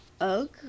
Okay